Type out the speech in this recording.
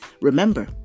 Remember